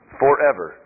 forever